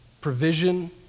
provision